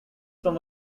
from